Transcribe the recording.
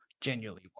genuinely